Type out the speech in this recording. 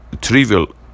trivial